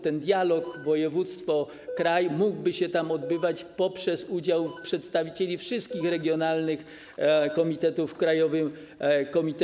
Ten dialog województwo - kraj mógłby się tam odbywać poprzez udział przedstawicieli wszystkich regionalnych komitetów w krajowym komitecie.